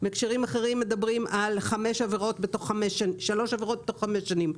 ובהקשרים אחרים מדברים על שלוש עבירות בתוך חמש שנים.